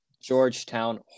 Georgetown